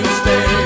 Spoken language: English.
stay